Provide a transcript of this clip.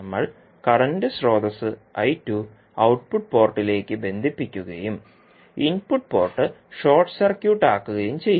നമ്മൾ കറന്റ് സ്രോതസ്സ് ഔട്ട്പുട്ട് പോർട്ടിലേക്ക് ബന്ധിപ്പിക്കുകയും ഇൻപുട്ട് പോർട്ട് ഷോർട്ട് സർക്യൂട്ട് ആക്കുകയും ചെയ്യും